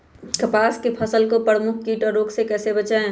कपास की फसल को प्रमुख कीट और रोग से कैसे बचाएं?